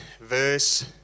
verse